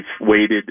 waited